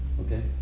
Okay